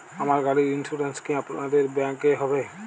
আমার গাড়ির ইন্সুরেন্স কি আপনাদের ব্যাংক এ হবে?